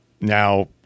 now